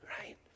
right